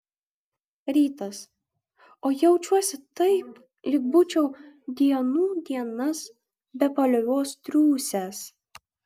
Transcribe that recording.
rytas o jaučiuosi taip lyg būčiau dienų dienas be paliovos triūsęs